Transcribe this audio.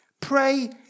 Pray